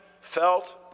felt